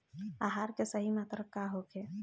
आहार के सही मात्रा का होखे?